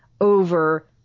over